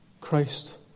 Christ